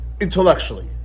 intellectually